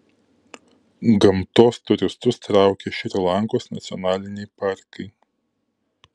gamtos turistus traukia šri lankos nacionaliniai parkai